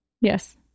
Yes